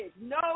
no